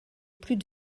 plus